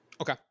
Okay